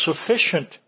sufficient